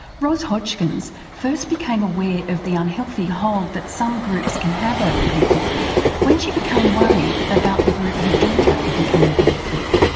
ros hodgkins first became aware of the unhealthy hold that some groups can have over people when she became worried about the group her daughter had become involved with.